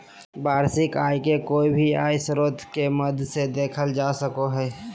वार्षिक आय के कोय भी आय स्रोत के माध्यम से देखल जा सको हय